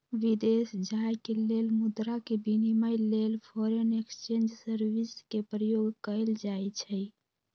विदेश जाय के लेल मुद्रा के विनिमय लेल फॉरेन एक्सचेंज सर्विस के प्रयोग कएल जाइ छइ